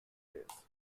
days